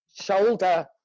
shoulder